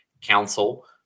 Council